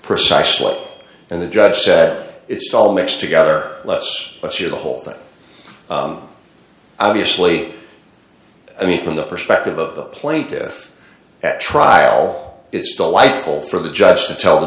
precisely and the judge said it's all mixed together less let's hear the whole thing obviously i mean from the perspective of the plaintiff at trial it's delightful for the judge to tell the